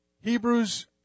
Hebrews